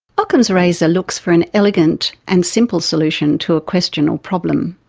ockham's razor looks for an elegant and simple solution to a question or problem.